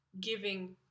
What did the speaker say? giving